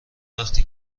وقتی